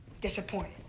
disappointed